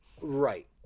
Right